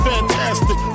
Fantastic